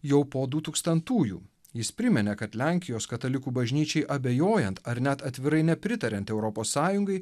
jau po du tūkstantųjų jis priminė kad lenkijos katalikų bažnyčiai abejojant ar net atvirai nepritariant europos sąjungai